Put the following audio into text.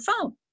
phone